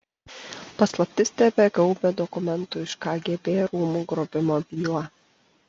paslaptis tebegaubia dokumentų iš kgb rūmų grobimo bylą